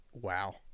Wow